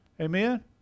Amen